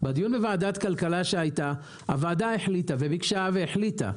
ועדת כלכלה כבר ביום ראשון.